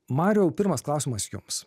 mariau pirmas klausimas jums